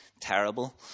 terrible